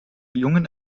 jungen